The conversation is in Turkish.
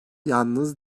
yalnız